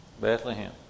Bethlehem